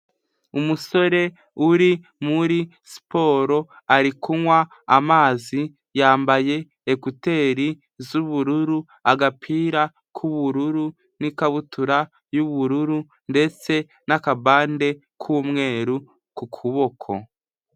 Umusore uri muri siporo ari kunywa amazi yambaye ekuteri z'ubururu agapira k'ubururu n'ikabutura y'ubururu ndetse n'akabande k'umweru ku kuboko.